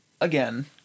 again